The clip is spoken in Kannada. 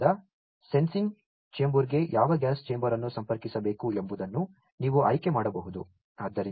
ಆದ್ದರಿಂದ ಸೆನ್ಸಿಂಗ್ ಚೇಂಬರ್ಗೆ ಯಾವ ಗ್ಯಾಸ್ ಚೇಂಬರ್ ಅನ್ನು ಸಂಪರ್ಕಿಸಬೇಕು ಎಂಬುದನ್ನು ನೀವು ಆಯ್ಕೆ ಮಾಡಬಹುದು